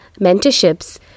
mentorships